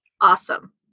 Awesome